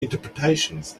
interpretations